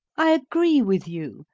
i agree with you,